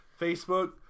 Facebook